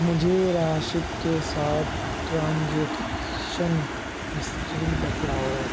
مجھے راشد کے ساتھ ٹرانجیکشن ہسٹری بتاؤ